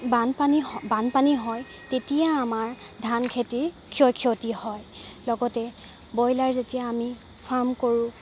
বানপানী বানপানী হয় তেতিয়া আমাৰ ধান খেতিৰ ক্ষয়ক্ষতি হয় লগতে বইলাৰ যেতিয়া আমি ফাৰ্ম কৰোঁ